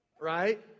Right